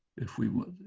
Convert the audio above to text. if we want